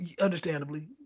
understandably